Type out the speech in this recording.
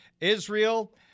Israel